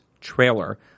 trailer